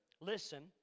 listen